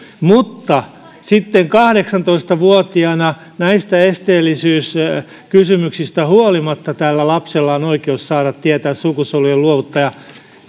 mutta sitten kahdeksantoista vuotiaana näistä esteellisyyskysymyksistä huolimatta tällä lapsella on oikeus saada tietää sukusolujen luovuttaja